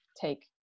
take